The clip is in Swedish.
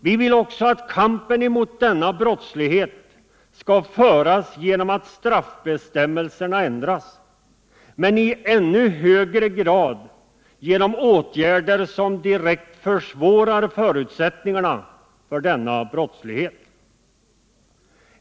Vi vill också att kampen mot denna brottslighet skall föras genom att straffbestämmelserna ändras, men i ännu högre grad genom åtgärder som direkt försvårar förutsättningarna för denna brottslighet.